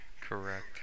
Correct